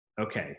okay